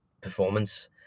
performance